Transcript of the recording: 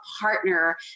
partner